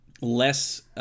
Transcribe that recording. less